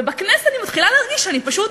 ובכנסת אני מתחילה להרגיש שאני פשוט